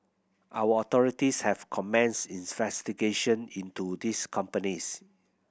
our authorities have commenced investigation into these companies